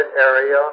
area